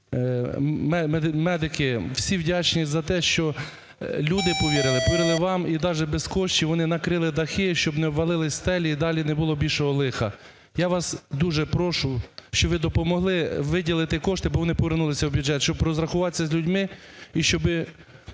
медики - всі вдячні за те, що люди повірили, повірили вам, і даже без коштів вони накрили дахи, щоб не обвалилися стелі і далі не було більшого лиха. Я вас дуже прошу, щоб ви допомогли виділити кошти, бо вони повернулися в бюджет, щоб розрахуватися з людьми і щоб